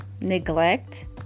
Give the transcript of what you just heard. neglect